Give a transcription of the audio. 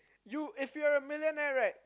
you if you were a millionaire right